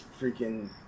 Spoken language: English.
freaking